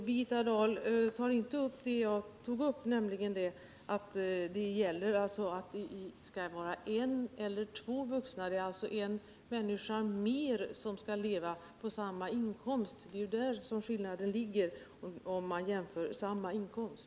Herr talman! Birgitta Dahl berör inte det jag tog upp, nämligen att frågan gäller om en resp. två vuxna skall leva på samma inkomst. Det är där skillnaden ligger. Man skall jämföra familjer med samma inkomst.